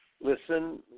listen